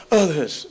others